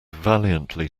valiantly